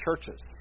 churches